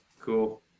cool